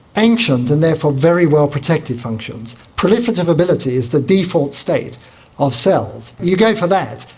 ancient and therefore very well protected functions. proliferative ability is the default state of cells. you go for that,